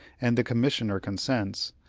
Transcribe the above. and the commissioner consents,